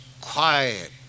quiet